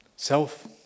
Self